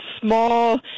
small